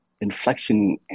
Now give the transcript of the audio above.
inflection